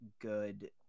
good